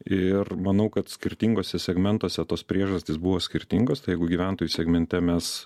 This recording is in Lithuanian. ir manau kad skirtinguose segmentuose tos priežastys buvo skirtingos tai jeigu gyventojų segmente mes